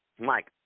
Mike